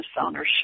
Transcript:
Ownership